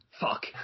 Fuck